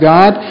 God